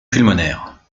pulmonaire